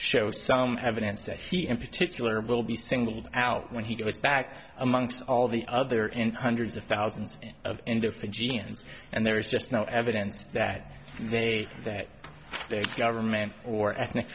show some evidence that he in particular will be singled out when he goes back amongst all the other in hundreds of thousands of india fijians and there is just no evidence that they that the government or ethnic